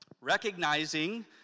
Recognizing